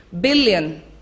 billion